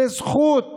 זו זכות